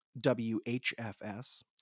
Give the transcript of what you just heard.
WHFS